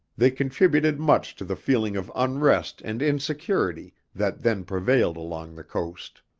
they contributed much to the feeling of unrest and insecurity that then prevailed along the coast.